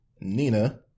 Nina